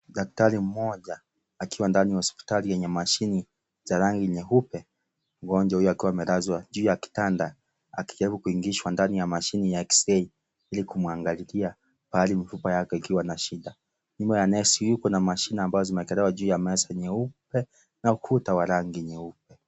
Daktari mmoja akiwa ndani ya hospitali yenye mashine za rangi nyeupe, mgonjwa huyo akiwa amelazwa juu ya kitanda akijaribu kuingizwa ndani ya mashine ya x-ray ili kumwangalilia pahali mifupa yake ikia na shida. Nyuma ya nesi kuna mashine abazo zimeekelewa juu ya meza nyeupe na ukuta wa rangi nyeupe.